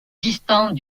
distant